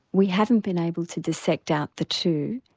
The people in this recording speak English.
we haven't been able to dissect out the two.